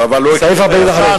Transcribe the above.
אבל הוא הקריא את הישן,